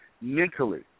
mentally